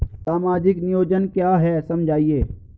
सामाजिक नियोजन क्या है समझाइए?